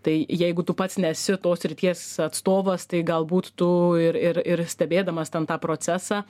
tai jeigu tu pats nesi tos srities atstovas tai galbūt tu ir ir ir stebėdamas ten tą procesą